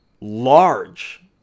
large